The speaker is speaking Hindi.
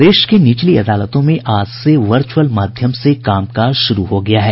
प्रदेश की निचली अदालतों में आज से वर्चअल माध्यम से कामकाज शुरू हो गया है